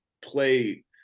play